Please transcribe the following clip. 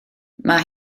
mae